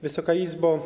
Wysoka Izbo!